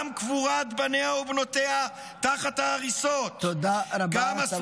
גם קבורת בניה ובנותיה תחת ההריסות, תודה רבה.